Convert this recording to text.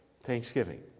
Thanksgiving